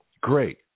Great